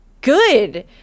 good